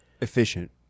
efficient